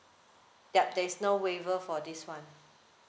yup there is no waiver for this one